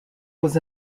was